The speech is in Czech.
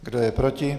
Kdo je proti?